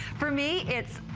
for me it